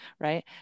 right